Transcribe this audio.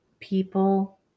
people